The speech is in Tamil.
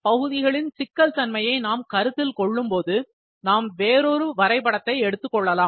பகுதிகளின் சிக்கல் தன்மையை நாம் கருத்தில் கொள்ளும்போது நாம் வேறொரு வரைபடத்தை எடுத்துக் கொள்ளலாம்